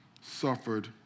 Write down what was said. suffered